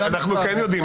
אנחנו כן יודעים.